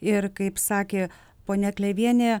ir kaip sakė ponia klevienė